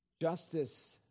Justice